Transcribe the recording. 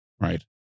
Right